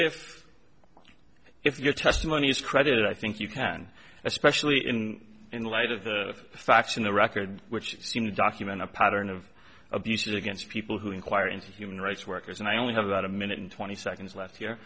if if your testimony is credited i think you can especially in light of the faction the record which seem to document a pattern of abuse against people who inquire into human rights workers and i only have about a minute and twenty seconds left here